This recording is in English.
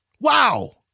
Wow